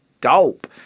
dope